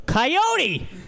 Coyote